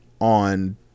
on